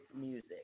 music